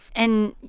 and,